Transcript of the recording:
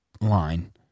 line